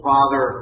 Father